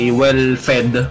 well-fed